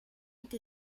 été